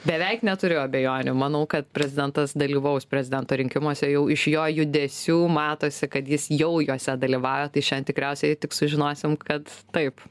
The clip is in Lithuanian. beveik neturiu abejonių manau kad prezidentas dalyvaus prezidento rinkimuose jau iš jo judesių matosi kad jis jau juose dalyvauja tai šiandie tikriausiai tik sužinosim kad taip